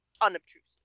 unobtrusive